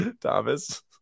Thomas